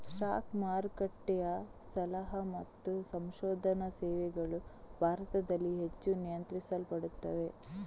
stock ಮಾರುಕಟ್ಟೆಯ ಸಲಹಾ ಮತ್ತು ಸಂಶೋಧನಾ ಸೇವೆಗಳು ಭಾರತದಲ್ಲಿ ಹೆಚ್ಚು ನಿಯಂತ್ರಿಸಲ್ಪಡುತ್ತವೆ